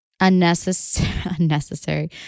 unnecessary